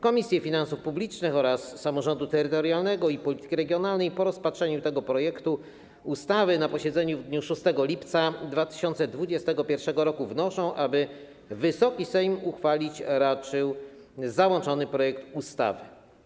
Komisje Finansów Publicznych oraz Samorządu Terytorialnego i Polityki Regionalnej po rozpatrzeniu tego projektu ustawy na posiedzeniu w dniu 6 lipca 2021 r. wnoszą, aby Wysoki Sejm uchwalić raczył załączony projekt ustawy.